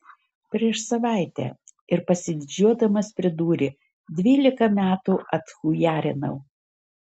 prieš savaitę ir pasididžiuodamas pridūrė dvylika metų atchujarinau